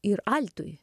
ir altui